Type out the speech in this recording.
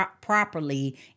properly